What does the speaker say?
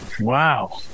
Wow